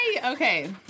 Okay